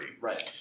Right